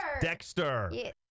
Dexter